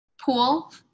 Pool